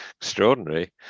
Extraordinary